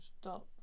stop